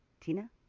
tina